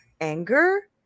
anger